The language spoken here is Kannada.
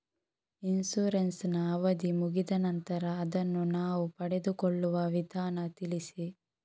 ಇನ್ಸೂರೆನ್ಸ್ ನ ಅವಧಿ ಮುಗಿದ ನಂತರ ಅದನ್ನು ನಾವು ಪಡೆದುಕೊಳ್ಳುವ ವಿಧಾನ ತಿಳಿಸಿ?